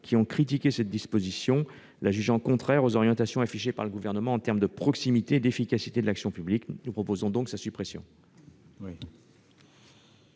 qui ont critiqué cette disposition, la jugeant contraire aux ambitions affichées par le Gouvernement en matière de proximité et d'efficacité de l'action publique. Nous proposons donc sa suppression.